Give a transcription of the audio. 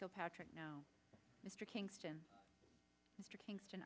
kilpatrick now mr kingston mr kingston